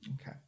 Okay